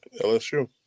LSU